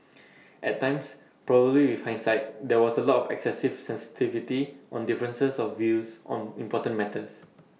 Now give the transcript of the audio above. at times probably with hindsight there was A lot of excessive sensitivity on differences of views on important matters